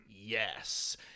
yes